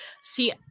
see